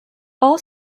all